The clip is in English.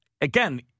again